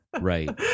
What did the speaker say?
Right